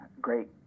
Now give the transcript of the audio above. great